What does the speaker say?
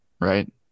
right